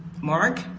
Mark